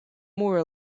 more